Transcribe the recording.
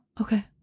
okay